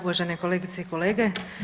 Uvažene kolegice i kolege.